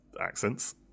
accents